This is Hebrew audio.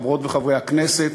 חברות וחברי הכנסת,